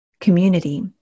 community